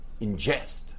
ingest